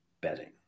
betting